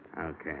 Okay